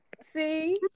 see